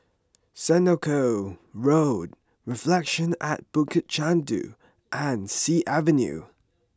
Senoko Road Reflections at Bukit Chandu and Sea Avenue